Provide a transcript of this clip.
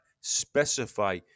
specify